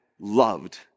loved